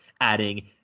adding